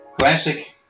Classic